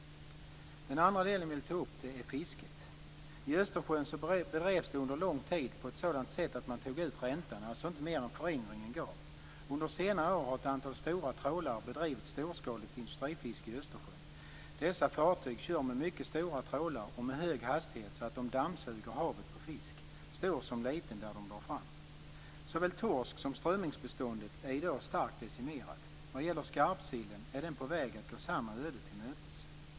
Den andra del jag vill ta upp är fisket. I Östersjön bedrevs det under lång tid på ett sådant sätt att man tog ut räntan - alltså inte mer än det som föryngringen gav. Under senare år har ett antal stora trålare bedrivit storskaligt industrifiske i Östersjön. Dessa fartyg kör med mycket stora trålar och med hög hastighet, så att de dammsuger havet på fisk - stor som liten - där de drar fram. Såväl torsk som strömmingsbeståndet är i dag starkt decimerat. Skarpsillen är på väg att gå samma öde till mötes.